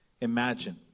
Imagine